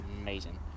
amazing